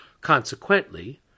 Consequently